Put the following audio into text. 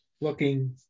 looking